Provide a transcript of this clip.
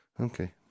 Okay